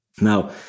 Now